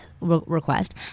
request